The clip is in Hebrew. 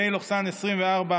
פ/321/24,